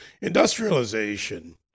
Industrialization